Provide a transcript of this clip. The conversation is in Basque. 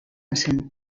zen